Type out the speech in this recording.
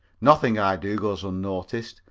nothing i do goes unnoticed,